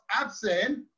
absent